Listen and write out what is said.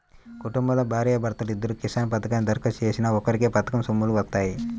కుటుంబంలో భార్యా భర్తలిద్దరూ కిసాన్ పథకానికి దరఖాస్తు చేసినా ఒక్కరికే పథకం సొమ్ములు వత్తాయి